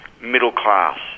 middle-class